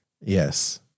Yes